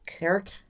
Eric